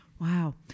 wow